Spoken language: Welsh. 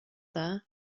dda